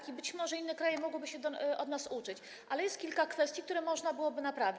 I być może inne kraje mogłyby się od nas uczyć, ale jest kilka kwestii, które można byłoby naprawić.